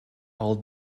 all